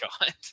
God